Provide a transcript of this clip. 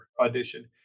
audition